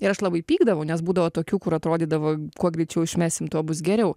ir aš labai pykdavau nes būdavo tokių kur atrodydavo kuo greičiau išmesim tuo bus geriau